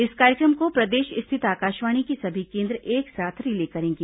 इस कार्यक्रम को प्रदेश स्थित आकाशवाणी के सभी केन्द्र एक साथ रिले करेंगे